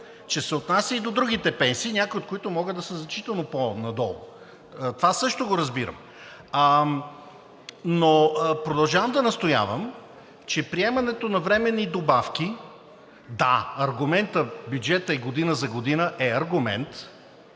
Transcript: че се отнася и до другите пенсии, някои от които могат да са значително по надолу. Това също го разбирам. Но продължавам да настоявам, че приемането на временни добавки… Да, аргументът– бюджетът е година за година, е аргумент,